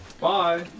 Bye